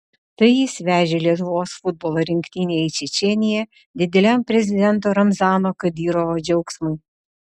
tai jis vežė lietuvos futbolo rinktinę į čečėniją dideliam prezidento ramzano kadyrovo džiaugsmui